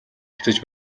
хэвтэж